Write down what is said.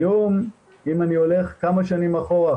היום אם אני הולך כמה שנים אחורה,